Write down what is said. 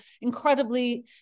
incredibly